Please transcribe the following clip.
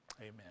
Amen